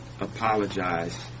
apologize